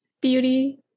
beauty